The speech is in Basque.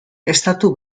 estatu